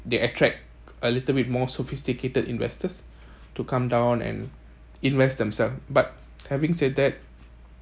they attract a little bit more sophisticated investors to come down and invest themselves but having said that